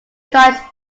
strikes